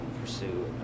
pursue